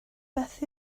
beth